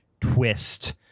twist